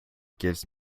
gives